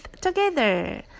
together